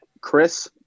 Chris